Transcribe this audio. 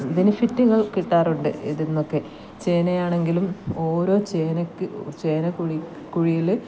ബെനിഫിറ്റുകള് കിട്ടാറുണ്ട് ഇതിൽനിന്നൊക്കെ ചേനായാണെങ്കിലും ഓരോ ചേനക്ക് ചേനക്കുഴി കുഴിയിൽ